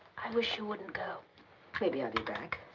i wish you wouldn't go. maybe i'll be back.